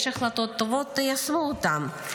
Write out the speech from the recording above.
יש החלטות טובות, תיישמו אותן.